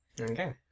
Okay